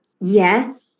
Yes